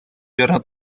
верно